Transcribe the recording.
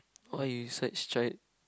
why you search tried